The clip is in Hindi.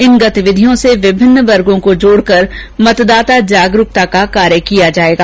इन गतिविधियों से विभिन्न वर्गों को जोड़कर मतदाता जागरूकता का कार्य किया जाएगा